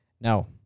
Now